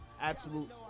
Absolute